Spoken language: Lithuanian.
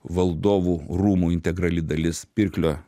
valdovų rūmų integrali dalis pirklio